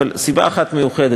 אבל יש סיבה אחת מיוחדת.